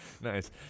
Nice